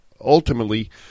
ultimately